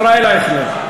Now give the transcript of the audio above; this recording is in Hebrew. ישראל אייכלר.